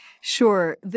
Sure